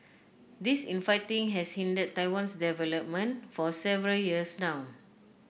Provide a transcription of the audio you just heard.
this infighting has hindered Taiwan's development for several years now